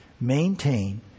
maintain